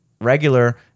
regular